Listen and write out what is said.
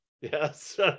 Yes